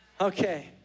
okay